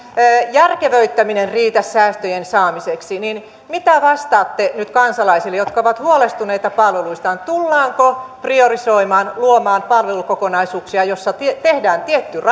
järkevöittäminen riitä säästöjen saamiseksi niin mitä vastaatte nyt kansalaisille jotka ovat huolestuneita palveluistaan tullaanko priorisoimaan luomaan palvelukokonaisuuksia joissa tehdään tietty raja tämän